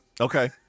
Okay